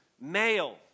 male